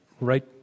Right